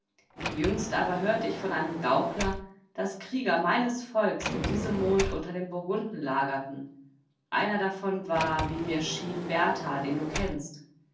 jüngst aber hörte ich von einem gaukler daß krieger meines volkes in diesem mond unter den burgunden lagerten einer davon war wie mir schien berthar den du kennst